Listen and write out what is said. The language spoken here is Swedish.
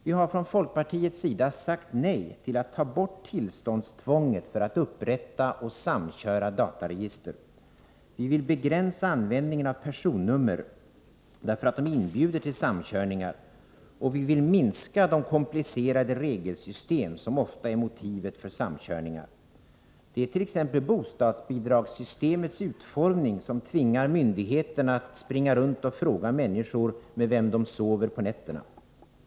Vi har från folkpartiets sida sagt nej till att ta bort tillståndstvånget när det gäller att upprätta och samköra dataregister. Vi vill begränsa användningen av personnummer därför att de inbjuder till samkörningar, och vi vill minska det antal komplicerade regelsystem som ofta är motivet för samkörningar. Det är t.ex. bostadsbidragssystemets utformning som tvingar myndigheter att fråga människor med vem de sover på nätterna.